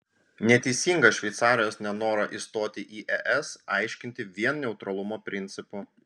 neteisinga šveicarijos nenorą įstoti į es aiškinti vien neutralumo principu